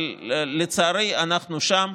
אבל לצערי אנחנו שם.